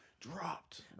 dropped